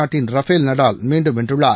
நாட்டின் Rafael Nadal மீண்டும் வென்றுள்ளார்